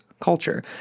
culture